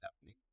happening